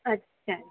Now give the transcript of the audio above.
ਅੱਛਾ